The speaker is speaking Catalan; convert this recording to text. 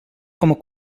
com